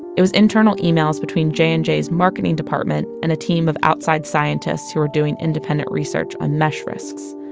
it was internal emails between j and j's marketing department and a team of outside scientists who were doing independent research on mesh risks.